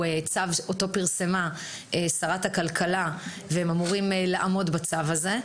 צו אותו פרסמה שרת הכלכלה והם אמורים לעמוד בצו הזה?